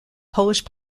polish